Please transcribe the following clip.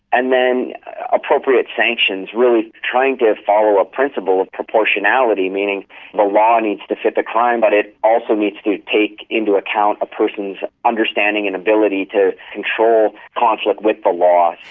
and then appropriate sanctions, really trying to follow a principle of proportionality, meaning the law needs to fit the crime but it also needs to take into account a person's understanding and ability to control conflict with the law.